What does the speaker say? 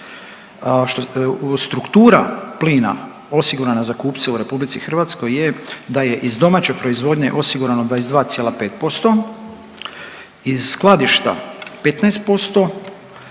Struktura plina osigurana za kupce u Republici Hrvatskoj je da je iz domaće proizvodnje osigurano 22,5%, iz skladišta 15%,